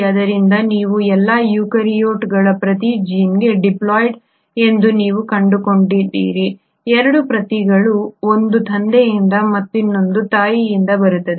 ಆದ್ದರಿಂದ ನೀವು ಎಲ್ಲಾ ಯೂಕ್ಯಾರಿಯೋಟ್ಗಳು ಪ್ರತಿ ಜೀನ್ಗೆ ಡಿಪ್ಲಾಯ್ಡ್ ಎಂದು ನೀವು ಕಂಡುಕೊಂಡಿದ್ದೀರಿ 2 ಪ್ರತಿಗಳು ಒಂದು ತಂದೆಯಿಂದ ಮತ್ತು ಇನ್ನೊಂದು ತಾಯಿಯಿಂದ ಬರುತ್ತವೆ